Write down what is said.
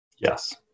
Yes